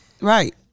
Right